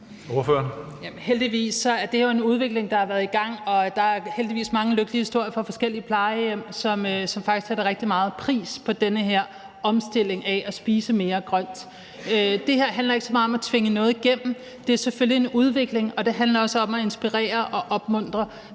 Heldigvis er det her jo en udvikling, der har været i gang, og der er heldigvis mange lykkelige historier fra forskellige plejehjem, som faktisk sætter rigtig meget pris på den her omstilling til at spise mere grønt. Det her handler ikke så meget om at tvinge noget igennem. Det er selvfølgelig en udvikling, og det handler også om at inspirere og opmuntre